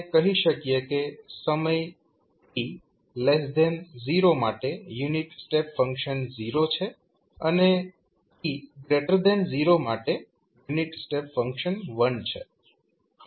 આપણે કહી શકીએ કે સમય t 0 માટે યુનિટ સ્ટેપ ફંક્શન 0 છે અને t 0 માટે યુનિટ સ્ટેપ ફંક્શન 1 છે